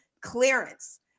clearance